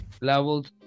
levels